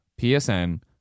PSN